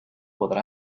podrá